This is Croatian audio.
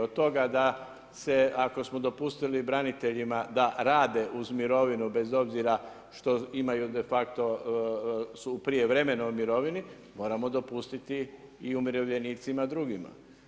Od toga da se ako smo dopustili braniteljima da rade uz mirovinu bez obzira što de facto su u prijevremenoj mirovini, moramo dopustiti i umirovljenicima drugima.